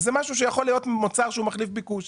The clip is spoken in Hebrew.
וזה משהו שיכול להיות מוצר שהוא מחליף ביקוש.